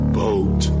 boat